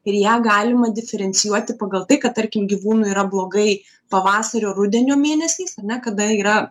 ir ją galima diferencijuoti pagal tai kad tarkim gyvūnui yra blogai pavasario rudenio mėnesiais ar ne kada yra